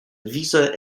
visa